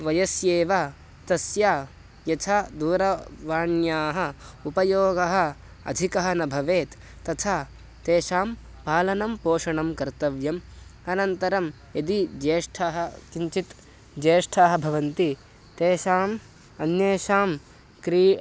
वयस्येव तस्य यथा दूरवाण्याः उपयोगः अधिकः न भवेत् तथा तेषां पालनं पोषणं कर्तव्यम् अनन्तरं यदि ज्येष्ठः किञ्चित् ज्येष्ठाः भवन्ति तेषाम् अन्येषां क्री